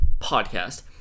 podcast